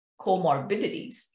comorbidities